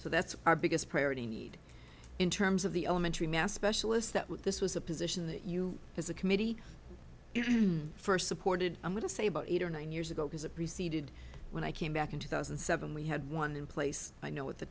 so that's our biggest priority need in terms of the elementary mass specialists that with this was a position that you as a committee first supported i'm going to say about eight or nine years ago because it preceded when i came back in two thousand and seven we had one in place i know with the